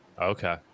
Okay